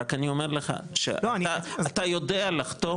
רק אני אומר לך שאתה יודע לחתום,